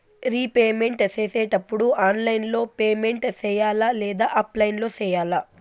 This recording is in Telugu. రీపేమెంట్ సేసేటప్పుడు ఆన్లైన్ లో పేమెంట్ సేయాలా లేదా ఆఫ్లైన్ లో సేయాలా